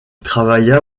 travailla